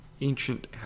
ancient